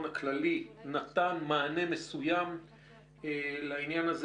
הכללי נתן מענה מסוים לעניין הזה.